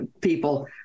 people